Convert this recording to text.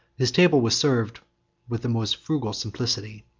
his table was served with the most frugal simplicity,